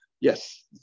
yes